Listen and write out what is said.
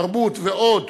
תרבות ועוד,